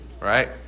right